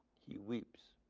he weeps.